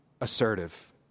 assertive